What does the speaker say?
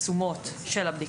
לנושא הסנקציות,